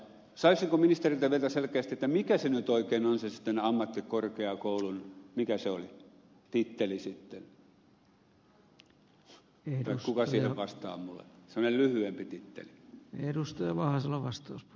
saisinko ministeriltä vielä selkeästi vastauksen mikä se nyt oikein on sitten se ammattikorkeakoulun titteli sitten kuka siihen vastaa minulle semmoinen lyhyempi titteli